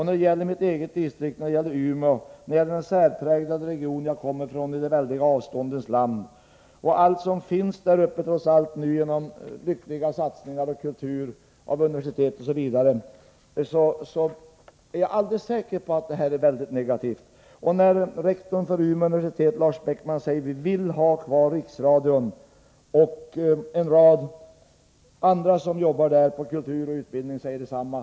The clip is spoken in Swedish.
När det gäller mitt eget distrikt, Umeådistriktet, den särpräglade region som jag kommer ifrån — de väldiga avståndens land — och allt som trots allt numera finns där uppe genom lyckliga satsningar på kultur, universitet osv., så är jag alldeles säker på att det som man nu föreslår är mycket negativt. Rektorn för Umeå universitet, Lars Beckman, säger: Vi vill ha kvar Riksradion. En rad andra personer som arbetar där med kultur och utbildning säger detsamma.